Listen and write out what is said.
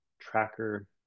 tracker